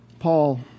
Paul